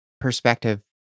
perspective